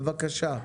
בבקשה.